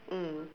mm